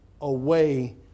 away